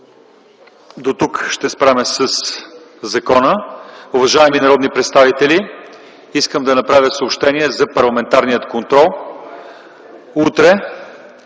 Дотук ще спрем със закона. Уважаеми народни представители, искам да направя съобщение за парламентарния контрол. Утре